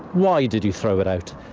why did you throw it out?